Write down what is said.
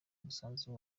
umusanzu